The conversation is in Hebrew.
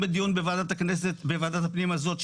בוועדת הפנים הזאת,